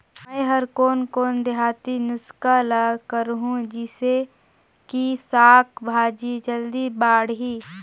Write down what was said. मै हर कोन कोन देहाती नुस्खा ल करहूं? जिसे कि साक भाजी जल्दी बाड़ही?